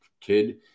kid